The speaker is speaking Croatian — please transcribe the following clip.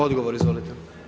Odgovor izvolite.